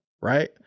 right